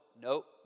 nope